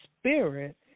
Spirit